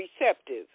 receptive